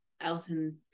Elton